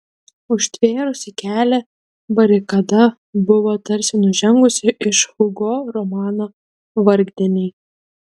užtvėrusi kelią barikada buvo tarsi nužengusi iš hugo romano vargdieniai